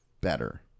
better